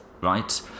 right